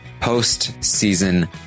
post-season